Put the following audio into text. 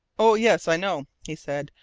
oh yes, i know, he said.